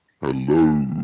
Hello